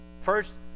First